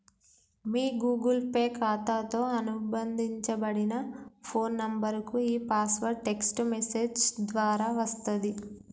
మీ Google Pay ఖాతాతో అనుబంధించబడిన phone నంబర్కు ఈ పాస్వర్డ్ టెక్ట్స్ మెసేజ్ ద్వారా వస్తది